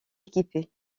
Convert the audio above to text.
équipé